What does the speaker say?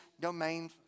domain